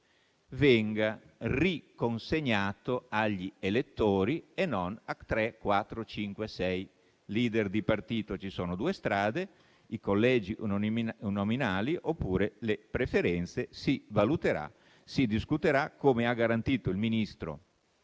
venga riconsegnato agli elettori e non a tre, quattro, cinque o sei *leader* di partito. Ci sono due strade, i collegi uninominali oppure le preferenze: si valuterà e si discuterà, come ha garantito il ministro